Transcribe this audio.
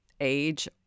age